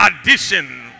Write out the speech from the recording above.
addition